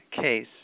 case